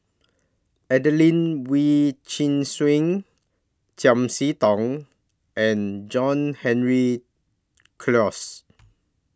Adelene Wee Chin Suan Chiam See Tong and John Henry Clos